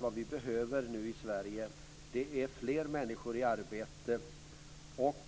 Vad vi behöver nu i Sverige är fler människor i arbete och